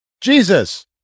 jesus